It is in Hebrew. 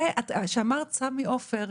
כשאמרת סמי עופר,